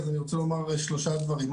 אני רוצה לומר שלושה דברים.